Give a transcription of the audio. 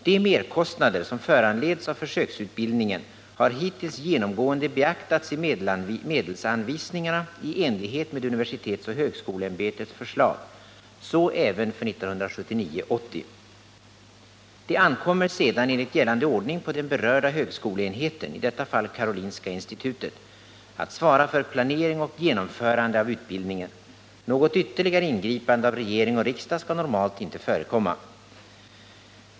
De merkostnader som föranleds av försöksutbildningen har hittills genomgående beaktats i medelsanvisningarna i enlighet med universitetsoch högskoleämbetets förslag, så även för 1979/80. Det ankommer sedan enligt gällande ordning på den berörda högskoleenheten — i detta fall Karolinska institutet — att svara för planering och genomförande av utbildningen. Något ytterligare ingripande av regering och riksdag skall normalt inte förekomma.